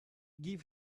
give